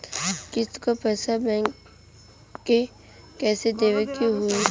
किस्त क पैसा बैंक के कइसे देवे के होई?